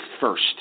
first